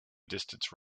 distance